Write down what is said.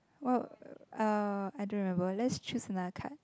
wha~ uh I don't remember let's choose another card